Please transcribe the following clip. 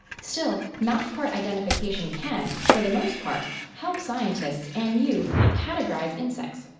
still, mouthpart identification can, for the most part, help scientists and you categorize insects.